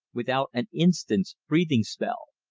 without an instant's breathing spell.